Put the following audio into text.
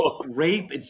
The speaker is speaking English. rape